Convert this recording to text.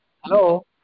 Hello